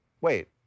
wait